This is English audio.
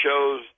shows